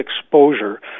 exposure